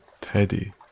Teddy